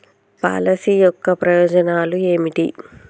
Policy యొక్క ప్రయోజనాలు ఏమిటి?